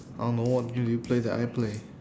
I don't know what game do you play that I play